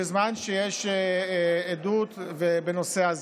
לפעמים, בזמן שיש עדות בנושא הזה.